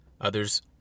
others